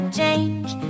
change